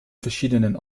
verschiedenen